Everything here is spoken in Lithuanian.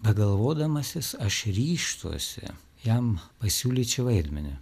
pagalvodamasis aš ryžtuosi jam pasiūlyti vaidmenį